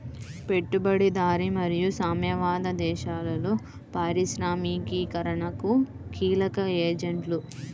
పెట్టుబడిదారీ మరియు సామ్యవాద దేశాలలో పారిశ్రామికీకరణకు కీలక ఏజెంట్లు